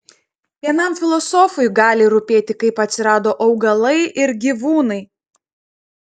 vienam filosofui gali rūpėti kaip atsirado augalai ir gyvūnai